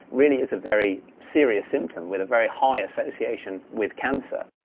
really is a very serious symptom with a very high association with cancer.